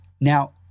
Now